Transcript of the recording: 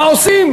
מה עושים?